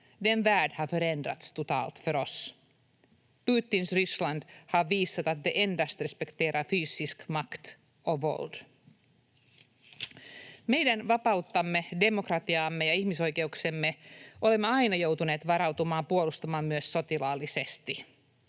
Ryssland, har förändrats totalt för oss. Putins Ryssland har visat att det endast respekterar fysisk makt och våld. Meidän vapauttamme, demokratiaamme ja ihmisoikeuksiamme olemme aina joutuneet varautumaan puolustamaan myös sotilaallisesti.